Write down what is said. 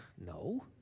No